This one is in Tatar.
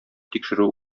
тикшерү